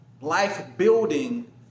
life-building